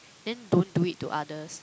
then don't do it to others